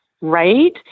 Right